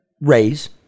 raise